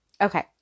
okay